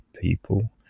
people